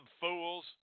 fools